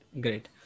Great